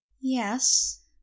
Yes